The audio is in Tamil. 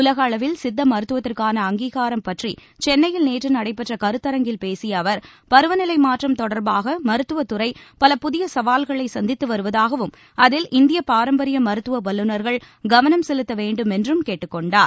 உலக அளவில் சித்த மருத்துவத்திற்கான அங்கீகாரம் பற்றி சென்னையில் நேற்று நடைபெற்ற கருத்தரங்கில் பேசிய அவர் பருவநிலை மாற்றம் தொடர்பாக மருத்துவத்துறை பல புதிய சவால்களை சந்தித்து வருவதாகவும் அதில் இந்திய பாரம்பரிய மருத்துவ வல்லுநர்கள் கவனம் செலுத்த வேண்டும் என்றும் கேட்டுக்கொண்டார்